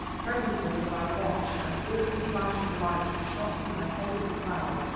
presently, as i watched, an awful flash of light shot from the head of the cloud,